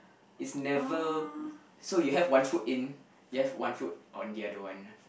is never so you have one foot in you have one foot on the other one